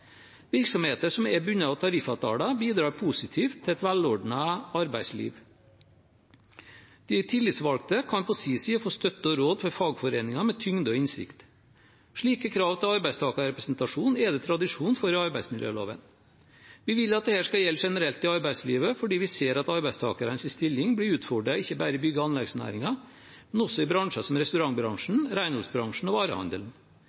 Virksomheter som er bundet av tariffavtale, bidrar positivt til et velordnet arbeidsliv. De tillitsvalgte kan på sin side få støtte og råd fra fagforeninger med tyngde og innsikt. Slike krav til arbeidstakerrepresentasjon er det tradisjon for i arbeidsmiljøloven. Vi vil at dette skal gjelde generelt i arbeidslivet, fordi vi ser at arbeidstakernes stilling blir utfordret ikke bare i bygg- og anleggsnæringen, men også i bransjer som restaurantbransjen, renholdsbransjen og varehandelen.